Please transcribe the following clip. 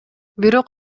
бирок